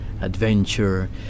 adventure